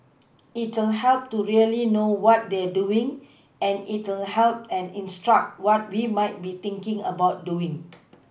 it'll help to really know what they're doing and it'll help and instruct what we might be thinking about doing